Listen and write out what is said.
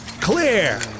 Clear